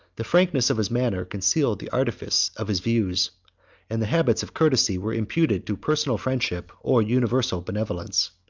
the frankness of his manner concealed the artifice of his views and the habits of courtesy were imputed to personal friendship or universal benevolence.